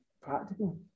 practical